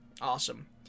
awesome